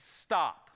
Stop